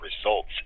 results